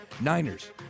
niners